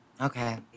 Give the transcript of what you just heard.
Okay